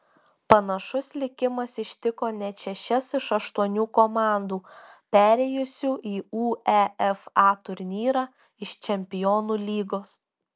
panašus likimas ištiko net šešias iš aštuonių komandų perėjusių į uefa turnyrą iš čempionų lygos